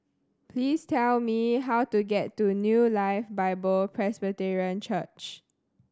please tell me how to get to New Life Bible Presbyterian Church